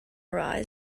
arise